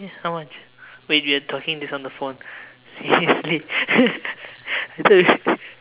how much wait we are talking this on the phone seriously